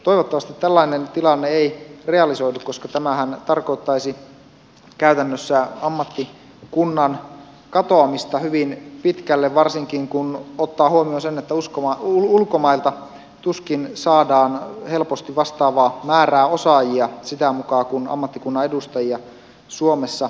toivottavasti tällainen tilanne ei realisoidu koska tämähän tarkoittaisi käytännössä ammattikunnan katoamista hyvin pitkälle varsinkin kun ottaa huomioon sen että ulkomailta tuskin saadaan helposti vastaavaa määrää osaajia sitä mukaa kuin ammattikunnan edustajia suomessa eläköityy